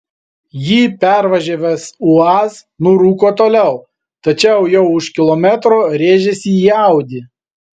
jį pervažiavęs uaz nurūko toliau tačiau jau už kilometro rėžėsi į audi